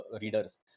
readers